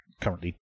currently